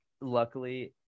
luckily